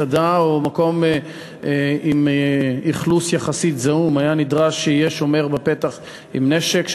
ובכל מסעדה או מקום עם אכלוס זעום יחסית נדרש שומר עם נשק בפתח,